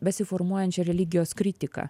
besiformuojančią religijos kritiką